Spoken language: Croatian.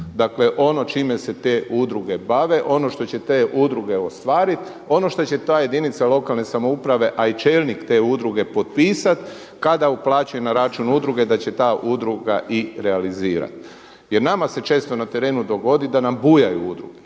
Dakle ono čime se te udruge bave, ono što će te udruge ostvariti, ono šta će ta jedinica lokalne samouprave, a i čelnik te udruge potpisat kada uplaćuje na račun udruge da će ta udruga i realizirati. Jer nama se često na terenu dogodi da nam bujaju udruge.